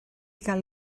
gael